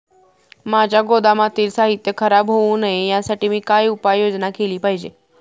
माझ्या गोदामातील साहित्य खराब होऊ नये यासाठी मी काय उपाय योजना केली पाहिजे?